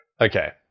Okay